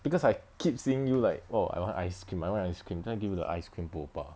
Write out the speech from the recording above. because I keep seeing you like oh I want ice cream I want ice cream then I give you the ice cream Boba